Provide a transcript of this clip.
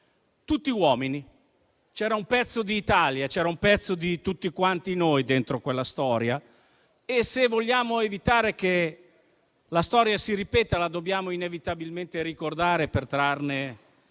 Insomma c'era un pezzo di Italia, c'era un pezzo di tutti noi dentro quella storia. Se vogliamo evitare che la storia si ripeta, la dobbiamo inevitabilmente ricordare per trarne